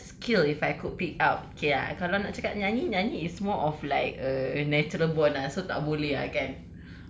so third skill if I could pick up okay ah kalau nak cakap nyanyi nyanyi is more of like a natural born lah so tak boleh ah kan